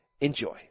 Enjoy